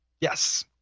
Yes